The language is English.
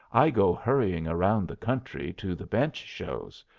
i go hurrying around the country to the bench-shows,